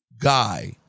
guy